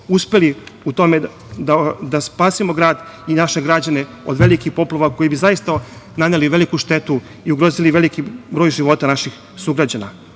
uspeli u tome da spasemo grad i naše građane od velikih poplava koje bi zaista naneli veliku štetu i ugrozili veliki broj života naših sugrađana. Koristim